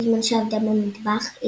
בזמן שעבדה במטבח,